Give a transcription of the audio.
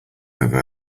over